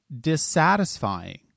dissatisfying